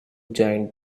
giant